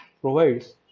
provides